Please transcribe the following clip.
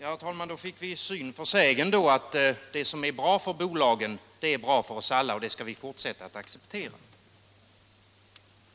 Herr talman! Då fick vi syn för sägen, att det som är bra för bolagen är bra för oss alla och det skall vi fortsätta att acceptera.